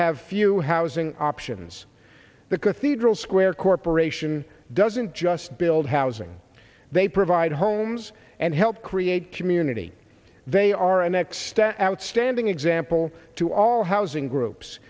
have few housing options the cathedral square corporation doesn't just build housing they provide homes and help create community they are a next step outstanding example to all housing groups